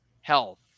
health